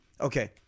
Okay